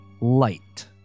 light